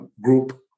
group